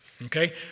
Okay